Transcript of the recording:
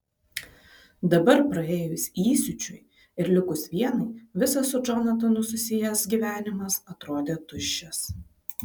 dabar praėjus įsiūčiui ir likus vienai visas su džonatanu susijęs gyvenimas atrodė tuščias